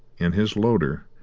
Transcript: and his loader,